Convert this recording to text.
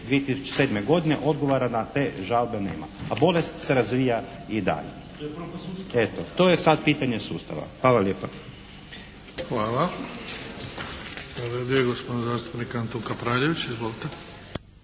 7.3.2007. godine, odgovora na te žalbe nema, a bolest se i razvija i dalje. Eto, to sad pitanje sustava. Hvala lijepa. **Bebić, Luka (HDZ)** Hvala.